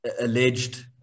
alleged